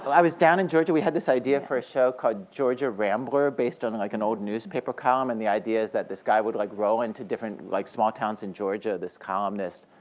i was down in georgia. we had this idea for a show called georgia rambler, ah based on and like an old newspaper column, and the idea is that this guy would like roll into different like small towns in georgia, this columnist,